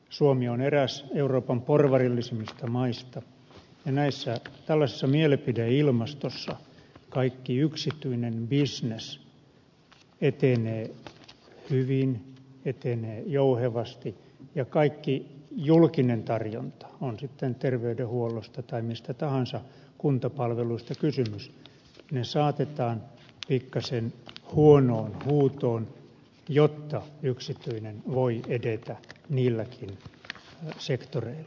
suomi on eräs euroopan porvarillisimmista maista ja tällaisessa mielipideilmastossa kaikki yksityinen bisnes etenee hyvin etenee jouhevasti ja kaikki julkinen tarjonta on sitten terveydenhuollosta tai mistä tahansa kuntapalveluista kysymys saatetaan pikkasen huonoon huutoon jotta yksityinen voi edetä niilläkin sektoreilla